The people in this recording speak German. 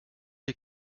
die